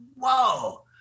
Whoa